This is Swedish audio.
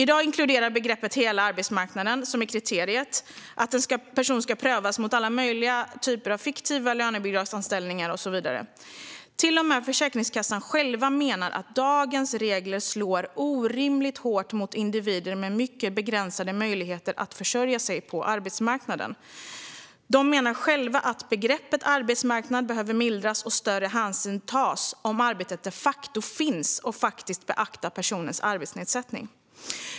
I dag inkluderar begreppet "hela arbetsmarknaden", som är kriteriet, att en person ska prövas mot alla möjliga typer av fiktiva lönebidragsanställningar och så vidare. Till och med Försäkringskassan själv menar att dagens regler slår orimligt hårt mot individer med mycket begränsade möjligheter att försörja sig på arbetsmarknaden. Man menar att begreppet arbetsmarknad behöver mildras, större hänsyn tas till om arbetet de facto finns och personers arbetsnedsättning faktiskt beaktas.